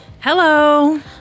Hello